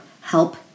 Help